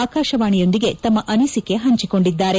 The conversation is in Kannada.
ಆಕಾಶವಾಣಿಯೊಂದಿಗೆ ತಮ್ಮ ಅನಿಸಿಕೆ ಹಂಚಿಕೊಂಡಿದ್ದಾರೆ